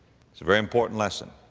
it's a very important lesson.